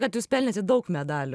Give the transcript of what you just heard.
kad jūs pelnėte daug medalių